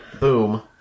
boom